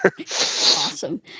Awesome